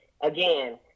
again